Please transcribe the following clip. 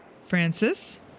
Francis